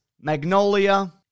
Magnolia